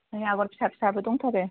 नै आगर फिसा फिसाबो दंथारो